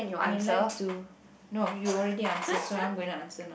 I like to no you already answer so I'm going to answer now